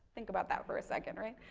think about that for a second, right.